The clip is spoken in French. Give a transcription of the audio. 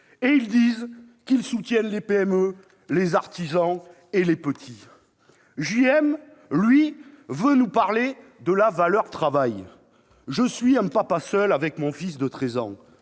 Et ils disent qu'ils soutiennent les PME, les artisans et les petits ?» JM, lui, veut nous parler de la valeur travail :« Je suis un papa seul avec mon fils de treize